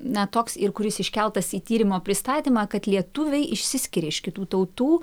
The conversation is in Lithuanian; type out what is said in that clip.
na toks ir kuris iškeltas į tyrimo pristatymą kad lietuviai išsiskiria iš kitų tautų